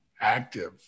active